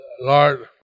Lord